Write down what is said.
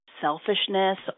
selfishness